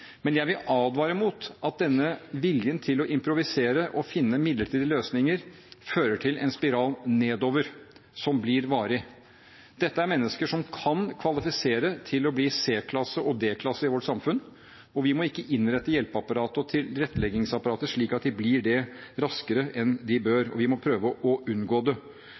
Men jeg vil advare mot at denne viljen til å improvisere og finne midlertidige løsninger fører til en spiral nedover, som blir varig. Dette er mennesker som kan kvalifisere til å bli del av en C-klasse og en D-klasse i vårt samfunn. Vi må ikke innrette hjelpeapparatet og tilretteleggingsapparatet slik at de blir det raskere enn de bør, og vi må prøve å unngå det.